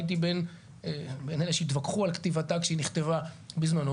הייתי בין אלה שהתווכחו על כתיבתה כשהיא נכתבה בזמנו,